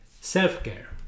Self-care